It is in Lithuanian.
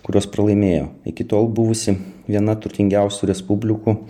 kuriuos pralaimėjo iki tol buvusi viena turtingiausių respublikų